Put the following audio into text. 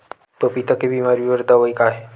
पपीता के बीमारी बर दवाई का हे?